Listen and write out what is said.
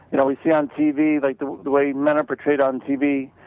and we see on tv like the way men are portrayed on tv,